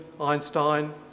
Einstein